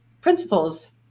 principles